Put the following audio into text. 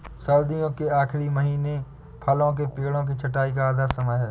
सर्दियों के आखिरी महीने फलों के पेड़ों की छंटाई का आदर्श समय है